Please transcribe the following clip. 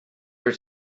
are